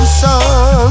sun